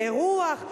אירוח,